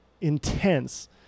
intense